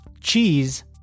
Cheese